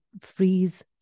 freeze